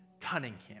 Cunningham